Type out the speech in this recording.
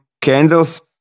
candles